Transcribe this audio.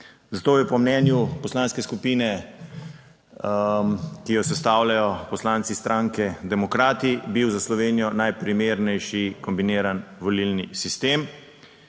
Zato je po mnenju poslanske skupine, ki jo sestavljajo poslanci stranke Demokrati, bil za Slovenijo najprimernejši kombiniran volilni sistem.